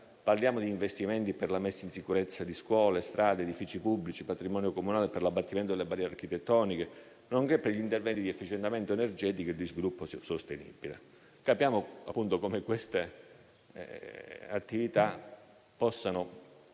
Parliamo di investimenti per la messa in sicurezza di scuole, strade, edifici pubblici, patrimonio comunale, per l'abbattimento delle barriere architettoniche, nonché per gli interventi di efficientamento energetico e di sviluppo sostenibile. Capiamo appunto come queste attività possano